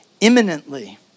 imminently